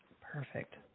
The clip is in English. perfect